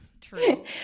True